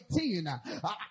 18